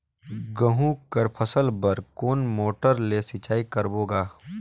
गहूं कर फसल बर कोन मोटर ले सिंचाई करबो गा?